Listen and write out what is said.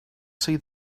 see